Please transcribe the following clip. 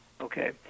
Okay